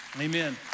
Amen